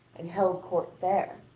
and held court there.